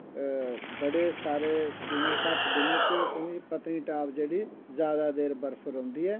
बड़े सारे घट्ट दिने च पर पतनीटॉप जेह्ड़ी जादा देर बर्फ रौंह्दी ऐ